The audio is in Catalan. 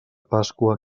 pasqua